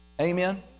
Amen